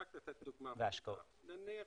לדוגמה, נניח